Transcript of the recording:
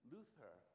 Luther